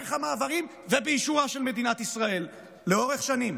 דרך המעברים ובאישורה של מדינת ישראל לאורך שנים.